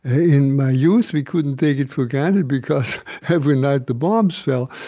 in my youth, we couldn't take it for granted, because every night, the bombs fell.